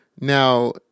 Now